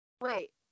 Wait